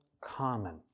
common